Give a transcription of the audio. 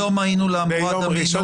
כסדום היינו לעמורה דמינו.